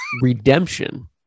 redemption